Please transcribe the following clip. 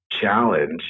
challenge